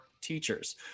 teachers